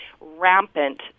rampant